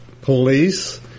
police